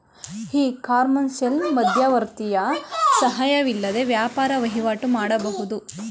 E ಕಾಮರ್ಸ್ನಲ್ಲಿ ಮಧ್ಯವರ್ತಿಯ ಸಹಾಯವಿಲ್ಲದೆ ವ್ಯಾಪಾರ ವಹಿವಾಟು ಮಾಡಬಹುದು